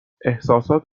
احسسات